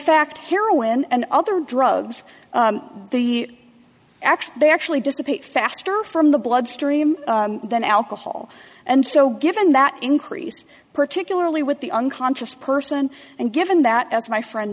fact heroin and other drugs the actually they actually dissipate faster from the blood stream than alcohol and so given that increase particularly with the unconscious person and given that as my friend